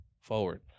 forward